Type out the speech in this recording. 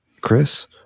Chris